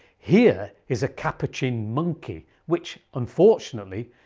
here is a capuchin monkey which, unfortunately,